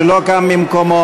שלא קם ממקומו,